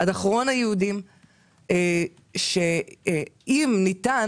עד אחרון היהודים שאם ניתן,